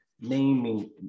naming